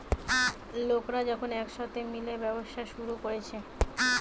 লোকরা যখন একসাথে মিলে ব্যবসা শুরু কোরছে